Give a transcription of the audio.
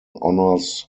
honors